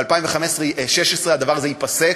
ב-2016 הדבר הזה ייפסק,